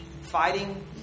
fighting